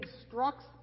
instructs